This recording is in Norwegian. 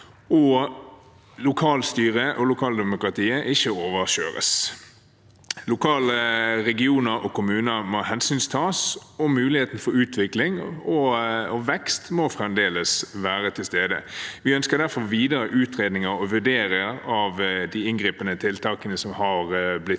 lokalstyret og lokaldemokratiet ikke overkjøres. Lokale regioner og kommuner må hensyntas, og muligheten for utvikling og vekst må fremdeles være til stede. Vi ønsker derfor velkommen videre utredninger og vurderinger av de inngripende tiltakene som har blitt berørt